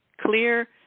clear